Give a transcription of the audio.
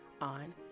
on